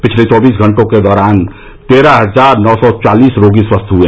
पिछले चौबीस घंटों के दौरान तेरह हजार नौ सौ चालीस रोगी स्वस्थ हुए